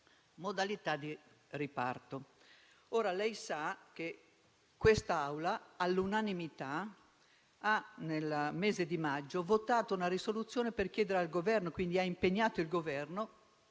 modalità di riparto.